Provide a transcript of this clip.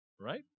right